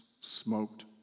smoked